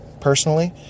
personally